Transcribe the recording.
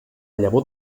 llavor